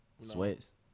Sweats